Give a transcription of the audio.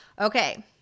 okay